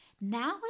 Now